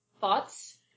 Thoughts